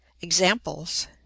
Examples